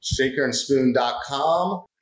Shakerandspoon.com